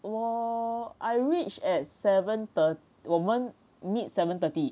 我 I reach at seven the 我们 meet seven thirty